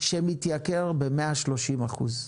שמתייקר ב-130 אחוז.